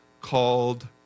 called